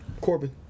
Corbin